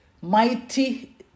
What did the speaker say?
mighty